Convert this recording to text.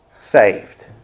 saved